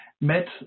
met